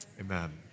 amen